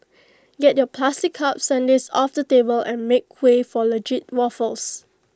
get your plastic cup sundaes off the table and make way for legit waffles